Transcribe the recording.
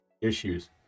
issues